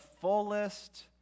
fullest